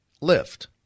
lift